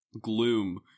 gloom